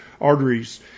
arteries